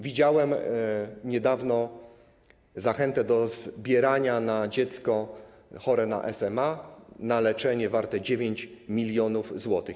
Widziałem niedawno zachętę do zbierania na dziecko chore na SMA, na leczenie warte 9 mln zł.